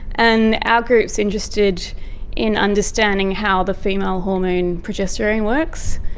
and our group is interested in understanding how the female hormone progesterone works.